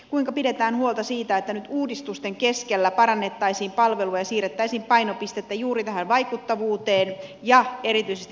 kuinka pidetään huolta siitä että nyt uudistusten keskellä parannettaisiin palveluja ja siirrettäisiin painopistettä juuri tähän vaikuttavuuteen ja erityisesti ennaltaehkäisyyn